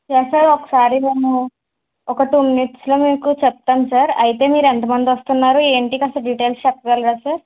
yes sir ఒకసారి మేము ఒక టూ మినిట్స్ లో మీకు చెప్తాను సార్ అయితే మీరు ఎంతమంది వస్తున్నారో ఎంటి కాస్త డిటైల్స్ చెప్పగలరా సార్